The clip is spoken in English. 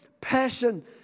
passion